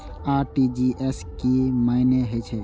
RTGS के की मानें हे छे?